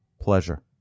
pleasure